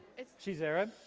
she's arab.